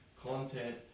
content